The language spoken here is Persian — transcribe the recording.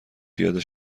پیاده